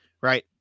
right